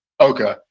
okay